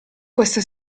questa